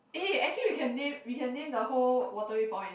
eh actually we can name we can name the whole Waterway Point